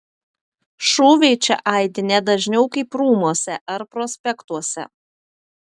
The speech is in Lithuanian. šūviai čia aidi ne dažniau kaip rūmuose ar prospektuose